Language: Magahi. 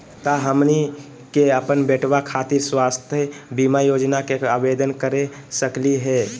का हमनी के अपन बेटवा खातिर स्वास्थ्य बीमा योजना के आवेदन करे सकली हे?